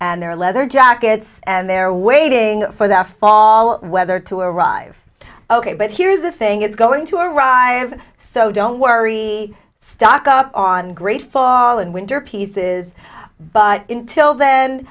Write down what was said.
and their leather jackets and they're waiting for their fall weather to arrive ok but here's the thing it's going to arrive so don't worry stock up on great fall and winter pieces but till then